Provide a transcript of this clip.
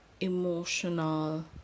emotional